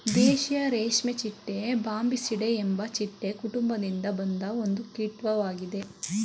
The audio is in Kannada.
ದೇಶೀಯ ರೇಷ್ಮೆಚಿಟ್ಟೆ ಬಾಂಬಿಸಿಡೆ ಎಂಬ ಚಿಟ್ಟೆ ಕುಟುಂಬದಿಂದ ಬಂದ ಒಂದು ಕೀಟ್ವಾಗಿದೆ